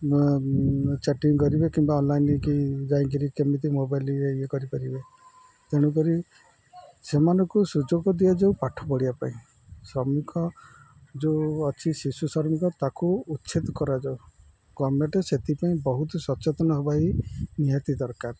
chatting କରିବେ କିମ୍ବା online ନେଇକି ଯାଇକିରି କେମିତି ମୋବାଇଲ ଇଏ କରିପାରିବେ ତେଣୁ ସେମାନଙ୍କୁ ସୁଯୋଗ ଦିଆଯାଉ ପାଠ ପଢ଼ିବା ପାଇଁ ଶ୍ରମିକ ଯୋଉ ଅଛି ଶିଶୁ ଶ୍ରମିକ ତାକୁ ଉଚ୍ଛେଦ କରାଯାଉ ଗମେଣ୍ଟ ସେଥିପାଇଁ ବହୁତ ସଚେତନ ହେବା ନିହାତି ଦରକାର